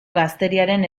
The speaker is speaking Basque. gazteriaren